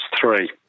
three